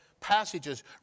passages